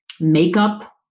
makeup